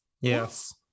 yes